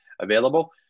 available